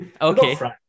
Okay